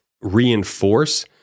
reinforce